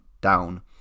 down